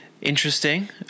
interesting